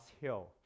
Hill